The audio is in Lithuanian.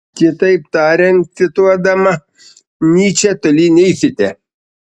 kitaip tariant cituodama nyčę toli neisite